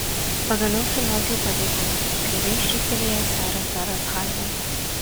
pagaliau sulaukiau padėkos kreivai šyptelėjęs tarė seras hailas